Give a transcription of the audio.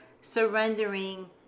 surrendering